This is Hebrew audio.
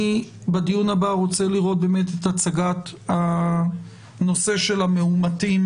בדיון הבא אני רוצה לראות את הצגת הנושא של המאומתים